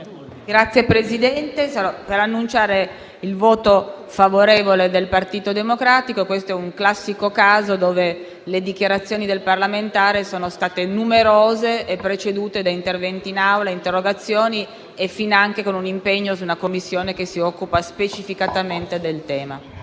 intervengo solo per annunciare il voto favorevole del Partito Democratico. Questo è un classico caso in cui le dichiarazioni del parlamentare sono state numerose e precedute da interventi in Aula, interrogazioni e finanche un impegno su una Commissione che si occupa specificatamente del tema.